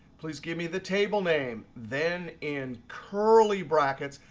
please give me the table name, then in curly brackets,